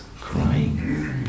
crying